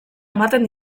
ematen